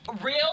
Real